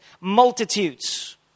Multitudes